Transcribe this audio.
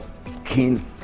skin